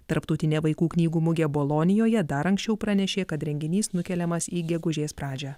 tarptautinė vaikų knygų mugė bolonijoje dar anksčiau pranešė kad renginys nukeliamas į gegužės pradžią